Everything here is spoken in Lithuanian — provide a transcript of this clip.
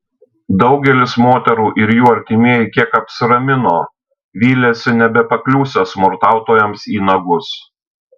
daugelis moterų ir jų artimieji kiek apsiramino vylėsi nebepakliūsią smurtautojams į nagus